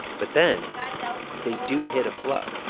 but then yeah so they do hit a flow.